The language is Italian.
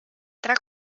tra